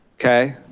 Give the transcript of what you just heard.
okay.